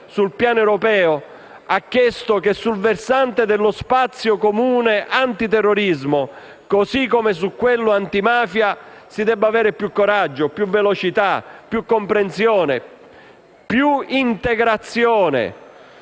sul piano europeo ha chiesto che sul versante dello spazio comune antiterrorismo, così come su quello antimafia, si debba avere più coraggio, più velocità, più comprensione, più integrazione.